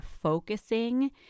focusing